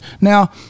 now